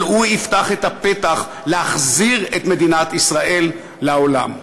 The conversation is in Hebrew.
אבל הוא יפתח את הפתח להחזיר את מדינת ישראל לעולם.